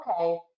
okay